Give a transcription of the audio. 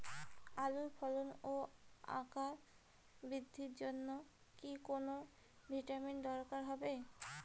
আলুর ফলন ও আকার বৃদ্ধির জন্য কি কোনো ভিটামিন দরকার হবে?